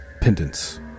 pendants